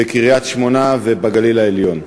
בקריית-שמונה ובגליל העליון.